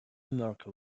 murky